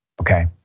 Okay